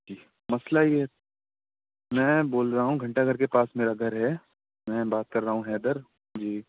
جی مسئلہ یہ میں بول رہا ہوں گھنٹہ گھر کے پاس میرا گھر ہے میں بات کر رہا ہوں حیدر جی